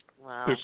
Wow